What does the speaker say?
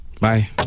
bye